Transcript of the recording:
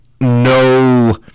no